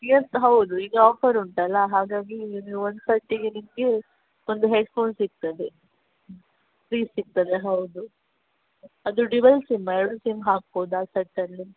years ಹೌದು ಈಗ offer ಉಂಟಲ್ಲಾ ಹಾಗಾಗಿ ನಿಮಗೆ ಒಂದು ಸರತಿಗೆ ನಿಮಗೆ ಒಂದು ಹೆಡ್ ಫೋನ್ ಸಿಗ್ತದೆ ಫ್ರೀ ಸಿಗ್ತದೆ ಹೌದು ಅದು ಡ್ಯುಯಲ್ ಸಿಮ್ ಎರಡು ಸಿಮ್ ಹಾಕ್ಬೋದು ಆ ಸೆಟಲ್ಲಿ